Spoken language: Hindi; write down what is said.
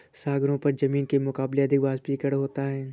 सागरों पर जमीन के मुकाबले अधिक वाष्पीकरण होता है